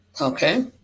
Okay